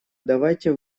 давайте